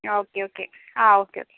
ആ okay okay ആ okay okay